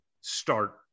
start